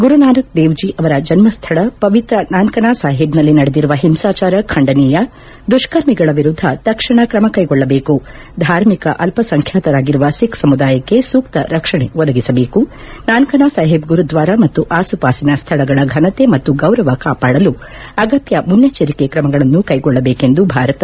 ಗುರುನಾನಕ್ ದೇವ್ಜಿ ಅವರ ಜನ್ನಶ್ರಳ ಪವಿತ್ರ ನಗರವಾದ ನಾನ್ಕನ ಸಾಹೀಬ್ನಲ್ಲಿ ನಡೆದಿರುವ ಹಿಂಸಾಚಾರ ಖಂಡನೀಯ ದುತ್ತರ್ಮಿಗಳ ವಿರುದ್ದ ತಕ್ಷಣ ಕ್ಷಮ ಕೈಗೊಳಬೇಕು ಧಾರ್ಮಿಕ ಅಲ್ಲಸಂಖ್ಯಾತರಾಗಿರುವ ಸಿಖ್ ಸಮುದಾಯಕ್ಷೆ ಸೂಕ್ಷ ರಕ್ಷಣೆ ಒದಗಿಸಬೇಕು ನಾನ್ಕನ ಸಾಹೀಬ್ ಗುರುದಾರ ಮತ್ತು ಆಸುಪಾಸಿನ ಸ್ನಳಗಳ ಫನತೆ ಮತ್ತು ಗೌರವ ಕಾಪಾಡಲು ಅಗತ್ನ ಮುನೈಭ್ಗರಿಕೆ ಕ್ರಮಗಳನ್ನು ಕೈಗೊಳ್ಳುವಂತೆ ಭಾರತ